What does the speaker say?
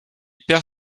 perd